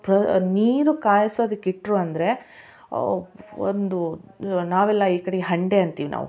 ಪ್ರ ನೀರು ಕಾಯ್ಸೊದಕ್ಕೆ ಇಟ್ಟರು ಅಂದರೆ ಒಂದು ನಾವೆಲ್ಲ ಈ ಕಡೆಗ್ ಹಂಡೆ ಅಂತೀವ್ ನಾವು